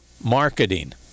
marketing